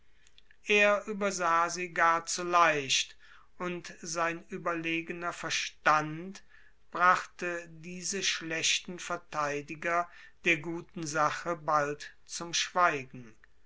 er übersah sie gar zu leicht und sein überlegner verstand brachte diese schlechten verteidiger der guten sache bald zum schweigen